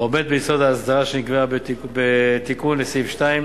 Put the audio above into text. העומד ביסוד ההסדרה שנקבעה בתיקון לסעיף 2,